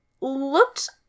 looked